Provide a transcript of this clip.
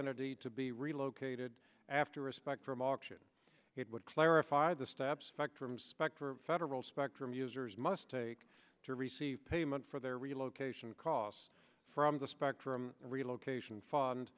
entity to be relocated after a spectrum auction it would clarify the steps fact from spectra federal spectrum users must take to receive payment for their relocation costs from the spectrum relocation fund